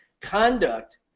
conduct